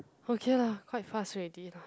okay lah quite fast already